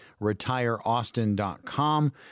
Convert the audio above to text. retireaustin.com